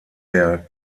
der